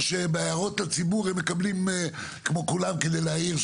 או שהם מקבלים כמו כולם הערות לציבור?